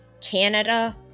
Canada